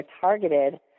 targeted